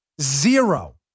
zero